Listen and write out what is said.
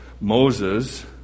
Moses